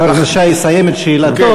חבר הכנסת שי יסיים את שאלתו,